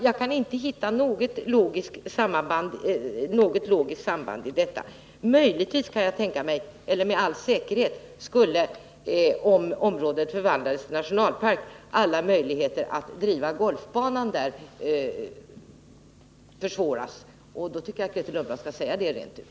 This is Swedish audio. Jag kan inte hitta något logiskt samband i de motiveringar som har anförts. Med all säkerhet skulle emellertid, om området förvandlades till nationalpark, möjligheterna att driva golfbana där försämras. Då tycker jag att Grethe Lundblad skall säga det rent ut.